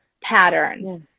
patterns